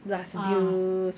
ah ah ah